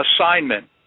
assignment